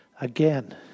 Again